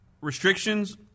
restrictions